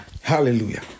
Hallelujah